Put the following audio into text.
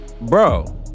bro